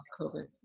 COVID